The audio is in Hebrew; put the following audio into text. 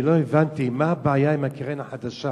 אני לא הבנתי מה הבעיה עם הקרן החדשה